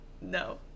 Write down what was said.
No